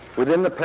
within the past